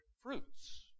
fruits